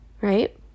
right